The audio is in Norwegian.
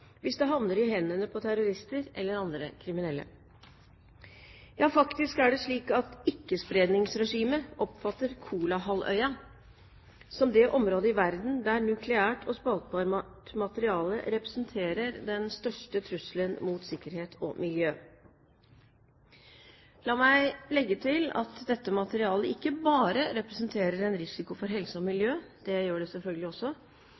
hvis det havner i hendene på terrorister eller andre kriminelle, ja faktisk er det slik at ikkespredningsregimet oppfatter Kolahalvøya som det området i verden der nukleært og spaltbart materiale representerer den største trusselen mot sikkerhet og miljø. La meg legge til at dette materialet ikke bare representerer en risiko for helse og miljø – det gjør det selvfølgelig også